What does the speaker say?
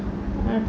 err